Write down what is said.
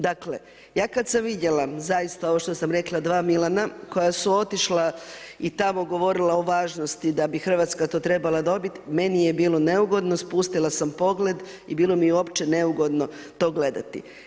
Dakle, ja kad sam vidjela zaista ovo što sam rekla dva Milana koja su otišla i tamo govorila o važnosti da bi Hrvatska to trebala dobiti meni je bilo neugodno, spustila sam pogled i bilo mi je uopće neugodno to gledati.